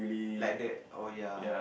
like the oh ya